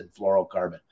fluorocarbon